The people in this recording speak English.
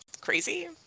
crazy